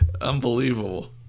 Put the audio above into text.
Unbelievable